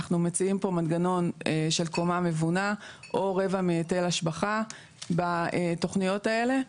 אנחנו מציעים פה מנגנון של קומה מבונה או רבע מהיטל השבחה בתכניות האלה.